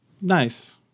Nice